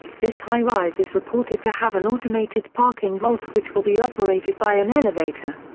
this high-rise is reported to have an automated parking vault which will be operated by an elevator.